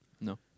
No